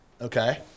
okay